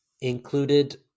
included